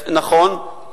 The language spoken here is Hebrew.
נכון,